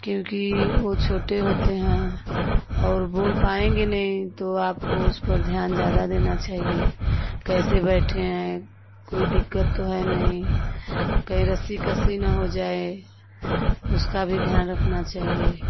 क्योंकि वो छोटे होते हैं और बोल पाएंगे नहीं तो आपको उस पर ध्यान जादा देना चाहिए कैसे बैठें कोई दिक्कत तो है नहीं कहीं रस्सी कस्सी न हो जाए उसका भी ध्यान रखना चाहिए